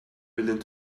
willing